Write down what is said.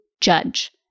judge